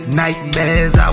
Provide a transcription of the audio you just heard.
nightmares